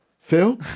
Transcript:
Phil